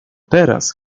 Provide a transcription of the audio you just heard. teraz